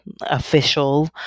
official